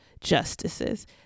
justices